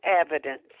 evidence